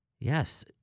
Yes